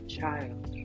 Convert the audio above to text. child